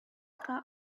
car